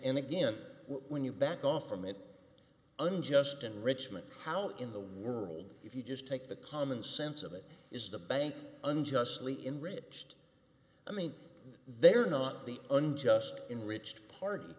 again when you back off from an unjust enrichment how in the world if you just take the common sense of it is the bank unjustly enraged i mean they're not the unjust in rich par